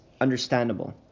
understandable